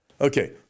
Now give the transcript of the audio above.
Okay